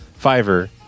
Fiverr